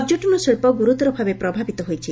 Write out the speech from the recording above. ପର୍ଯ୍ୟଟନ ଶିକ୍କ ଗୁରୁତର ଭାବେ ପ୍ରଭାବିତ ହୋଇଛି